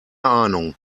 ahnung